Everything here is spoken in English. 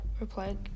replied